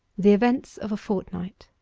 the events of a fortnight